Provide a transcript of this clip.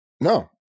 No